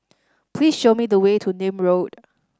please show me the way to Nim Road